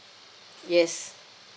yes